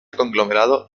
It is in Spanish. conglomerado